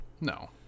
no